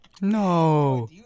No